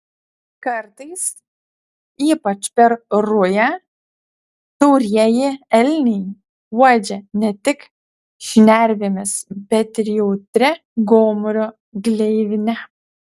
kartais ypač per rują taurieji elniai uodžia ne tik šnervėmis bet ir jautria gomurio gleivine